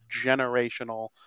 generational